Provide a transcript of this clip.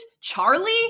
Charlie